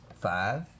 five